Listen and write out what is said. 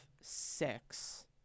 six